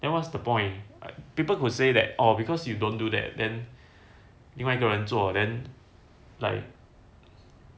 then what's the point people who say that orh because you don't do that then 另外一个人做 then like